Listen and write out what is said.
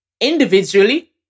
individually